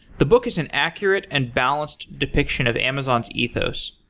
the book is an accurate and balanced depiction of amazon's ethos.